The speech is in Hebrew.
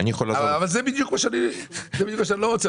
זה בדיוק מה שאני לא רוצה.